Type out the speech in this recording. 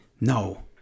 No